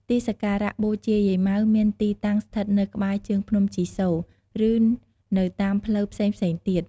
ទីសក្ការៈបូជាយាយម៉ៅមានទីតាំងស្ថិតនៅក្បែរជើងភ្នំជីសូរ ឬនៅតាមផ្លូវផ្សេងៗទៀត។